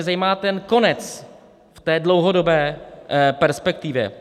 Zajímá mě ten konec v dlouhodobé perspektivě.